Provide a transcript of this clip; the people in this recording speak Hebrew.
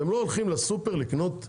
אתם לא הולכים לסופר לקנות מוצרים?